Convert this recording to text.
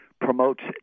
promotes